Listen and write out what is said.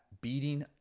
beating